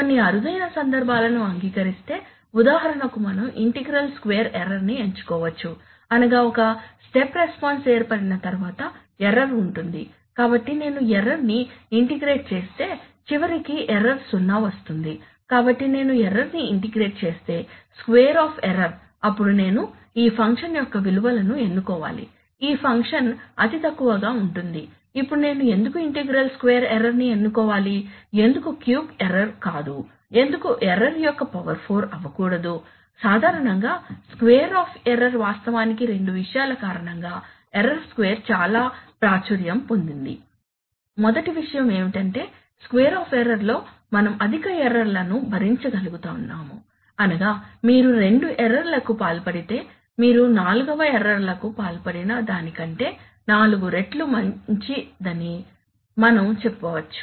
కొన్ని అరుదైన సందర్భాలను అంగీకరిస్తే ఉదాహరణకు మనం ఇంటిగ్రల్ స్క్వేర్ ఎర్రర్ ని ఎంచుకోవచ్చు అనగా ఒక స్టెప్ రెస్పాన్స్ ఏర్పడిన తర్వాత ఎర్రర్ ఉంటుంది కాబట్టి నేను ఎర్రర్ ని ఇంటిగ్రేట్ చేస్తే చివరికి ఎర్రర్ సున్నా వస్తుంది కాబట్టి నేను ఎర్రర్ ని ఇంటిగ్రేట్ చేస్తే స్క్వేర్ ఆఫ్ ఎర్రర్ అప్పుడు నేను ఈ ఫంక్షన్ యొక్క విలువలను ఎన్నుకోవాలి ఈ ఫంక్షన్ అతి తక్కువగా ఉంటుంది ఇప్పుడు నేను ఎందుకు ఇంటిగ్రల్ స్క్వేర్ ఎర్రర్ ని ఎన్నుకోవాలి ఎందుకు క్యూబ్ ఎర్రర్ కాదు ఎందుకు ఎర్రర్ యొక్క పవర్ 4 అవ్వకూడదు సాధారణంగా స్క్వేర్ ఆఫ్ ఎర్రర్ వాస్తవానికి రెండు విషయాల కారణంగా ఎర్రర్ స్క్వేర్ చాలా ప్రాచుర్యం పొందింది మొదటి విషయం ఏమిటంటే స్క్వేర్ ఆఫ్ ఎర్రర్ లో మనం అధిక ఎర్రర్ ల ను భరించ గలుగుతున్నాము అనగా మీరు రెండు ఎర్రర్ లకు పాల్పడితే మీరు నాలుగు ఎర్రర్లకు పాల్పడి న దాని కంటే నాలుగు రెట్లు మంచి దాని మనం చెప్పవచ్చు